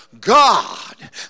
God